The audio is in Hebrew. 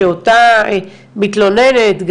שאותה מתלוננת,